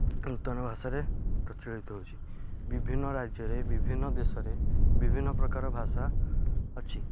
ନୂତନ ଭାଷାରେ ପ୍ରଚଳିତ ହେଉଛି ବିଭିନ୍ନ ରାଜ୍ୟରେ ବିଭିନ୍ନ ଦେଶରେ ବିଭିନ୍ନପ୍ରକାର ଭାଷା ଅଛି